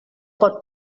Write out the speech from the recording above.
pot